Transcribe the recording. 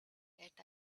yet